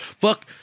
Fuck